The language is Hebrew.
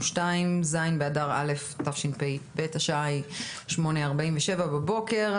ז' באדר א' תשפ"ב, השעה היא 08:47 בבוקר.